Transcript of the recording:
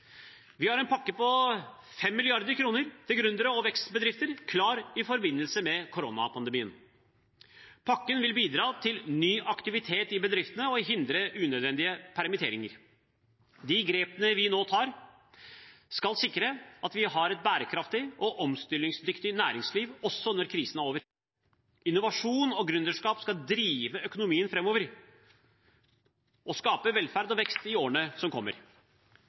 Vi har en pakke på 5 mrd. kr til gründere og vekstbedrifter klar i forbindelse med koronapandemien. Pakken vil bidra til ny aktivitet i bedriftene og hindre unødvendige permitteringer. De grepene vi nå tar, skal sikre at vi har et bærekraftig og omstillingsdyktig næringsliv også når krisen er over. Innovasjon og gründerskap skal drive økonomien framover og skape velferd og vekst i årene som kommer.